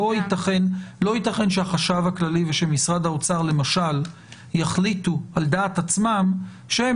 לא יתכן שהחשב הכללי ושמשרד האוצר למשל יחליטו על דעתך עצמם שהם